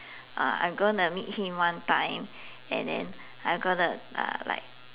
uh I'm gonna meet him one time and then I'm gonna uh like